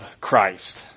Christ